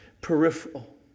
peripheral